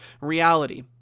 reality